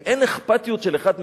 אם אין אכפתיות של אחד מהשני,